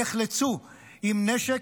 הם נחלצו עם נשק,